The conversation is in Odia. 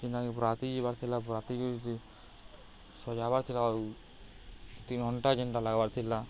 ସେନାକ ପରା ରାତି ଯିବାର ଥିଲା ପୁରା ରାତିକ ସଜବାର୍ ଥିଲା ଆଉ ତିନ୍ ଘଣ୍ଟା ଯେନ୍ତା ଲାଗ୍ବାର୍ ଥିଲା